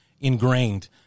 ingrained